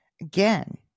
again